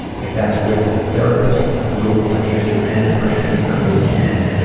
if that's with a therapist, a group, or just your own personal journey of healing.